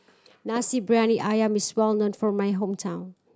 Nasi Briyani Ayam is well known from my hometown